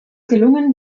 gelungen